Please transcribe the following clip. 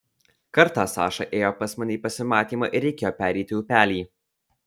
kartą saša ėjo pas mane į pasimatymą ir reikėjo pereiti upelį